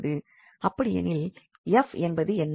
அப்படியெனில் 𝑓 என்பது என்ன